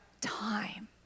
time